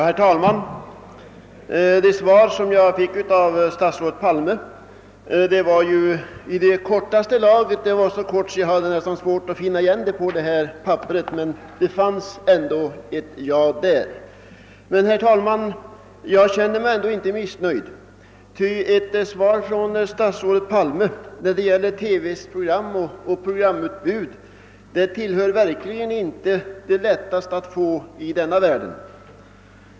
Herr talman! Det svar jag fått av statsrådet Palme är ju i kortaste laget — det är så kort att jag nästan hade svårt att finna det på papperet, men det fanns ändå där. Jag känner mig emellertid ändå inte missnöjd, ty att få ett svar från statsrådet Palme när det gäller TV:s program och programutbud tillhör verkligen inte det lättaste i denna världen.